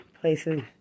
places